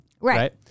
Right